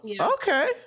okay